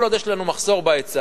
כל עוד יש לנו מחסור בהיצע,